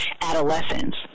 adolescents